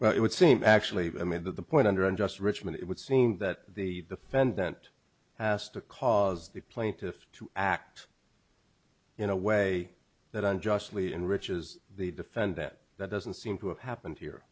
well it would seem actually i mean that the point under unjust enrichment it would seem that the defendant has to cause the plaintiff to act in a way that unjustly enriches the defend that that doesn't seem to have happened here